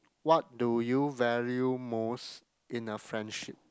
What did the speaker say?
what do you value most in a friendship